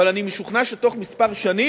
אבל אני משוכנע שבתוך כמה שנים